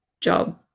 job